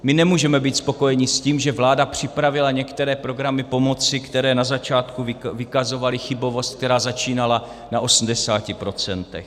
My nemůžeme být spokojeni s tím, že vláda připravila některé programy pomoci, které na začátku vykazovaly chybovost, která začínala na 80 %.